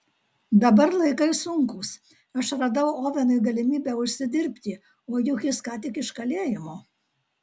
dabar laikai sunkūs aš radau ovenui galimybę užsidirbti o juk jis ką tik iš kalėjimo